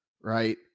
right